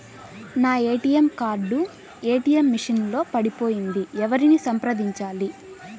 నా ATM card ATM machine లో పడిపోయింది ఎవరిని సంప్రదించాలి?